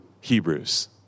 Hebrews